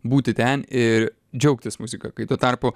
būti ten ir džiaugtis muzika kai tuo tarpu